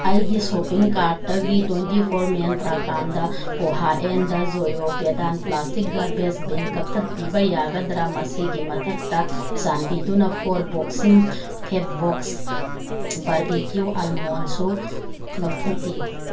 ꯑꯩꯒꯤ ꯁꯣꯞꯄꯤꯡ ꯀꯥꯔꯗꯇꯒꯤ twenty four ꯃꯦꯟꯇ꯭ꯔꯥ ꯀꯥꯟꯗ ꯄꯣꯍꯥ ꯑꯦꯟꯗ ꯖꯣꯌꯣ ꯄꯦꯗꯥꯟ ꯄ꯭ꯂꯥꯁꯇꯤꯛ ꯒꯥꯔꯕꯦꯖ ꯕꯤꯟ ꯀꯛꯊꯠꯄꯤꯕ ꯌꯥꯒꯗ꯭ꯔꯥ ꯃꯁꯤꯒꯤ ꯃꯊꯛꯇ ꯆꯥꯟꯕꯤꯗꯨꯅ ꯐꯣꯔ ꯕꯣꯛꯁꯤꯡ ꯐꯦꯠ ꯕꯣꯛꯁ ꯕꯥꯔꯕꯤꯀꯤꯌꯨ ꯑꯜꯃꯣꯟꯁꯨ ꯂꯧꯊꯣꯛꯄꯤꯌꯨ